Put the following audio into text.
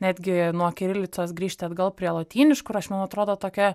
netgi nuo kirilicos grįžti atgal prie lotyniškų rašmenų atrodo tokia